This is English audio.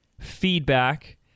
feedback